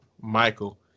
Michael